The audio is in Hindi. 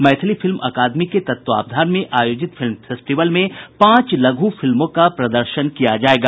मैथिली फिल्म अकादमी के तत्वावधान में आयोजित फिल्म फेस्टिवल में पांच लघु फिल्मों का प्रदर्शन किया जायेगा